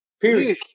Period